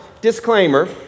disclaimer